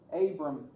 Abram